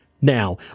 now